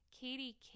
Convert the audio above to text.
Katie